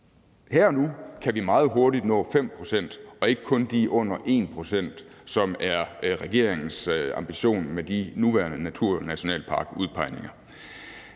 her og nu kan vi meget hurtigt nå 5 pct. og ikke kun under de 1 pct., som er regeringens ambition med de nuværende naturnationalparkudpegninger.